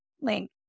link